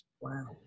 Wow